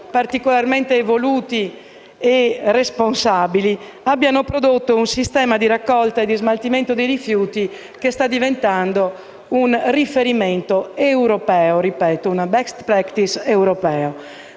particolarmente evoluti e responsabili, abbiano prodotto un sistema di raccolta e di smaltimento dei rifiuti che è diventato riferimento europeo, una *best practice* europea.